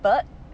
but